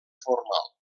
formal